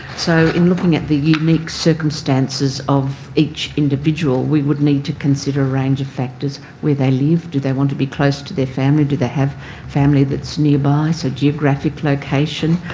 so in looking at the unique circumstances of each individual, we would need to consider a range of factors where they live, do they want to be close to their family, do they have family that's nearby, so geographic location,